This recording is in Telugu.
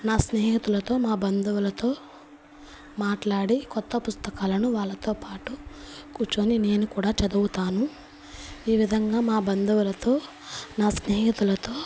నా స్నేహితులతో మా బంధువులతో మాట్లాడి కొత్త పుస్తకాలను వాళ్లతో పాటు కూర్చొని నేను కూడా చదువుతాను ఈ విధంగా మా బంధువులతో నా స్నేహితులతో